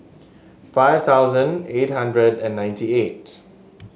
five thousand eight hundred and ninety eight